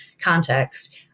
context